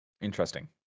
Interesting